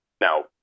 Now